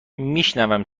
میشونم